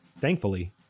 Thankfully